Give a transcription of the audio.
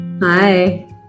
Hi